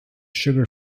sugar